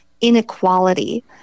inequality